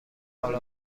حال